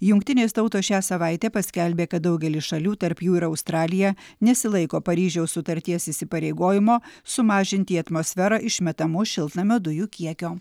jungtinės tautos šią savaitę paskelbė kad daugelis šalių tarp jų ir australija nesilaiko paryžiaus sutarties įsipareigojimo sumažinti į atmosferą išmetamų šiltnamio dujų kiekio